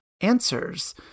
answers